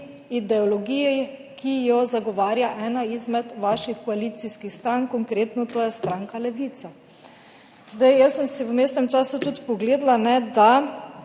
ideologijo, ki jo zagovarja ena izmed vaših koalicijskih strank, konkretno je to stranka Levica. Jaz sem si v vmesnem času tudi pogledala, da